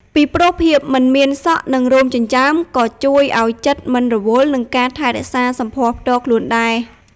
ពីព្រោះ ភាពមិនមានសក់ និងរោមចិញ្ចើម ក៏ជួយឲ្យចិត្តមិនរវល់នឹងការថែរក្សាសម្ផស្សផ្ទាល់ខ្លួនដែរ។